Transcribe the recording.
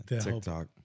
TikTok